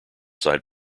side